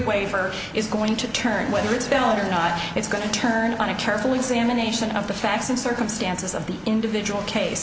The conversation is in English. wafer is going to turn whether it's valid or not it's going to turn on a careful examination of the facts and circumstances of the individual case